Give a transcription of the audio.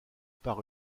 par